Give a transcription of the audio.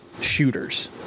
shooters